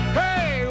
hey